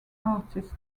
artist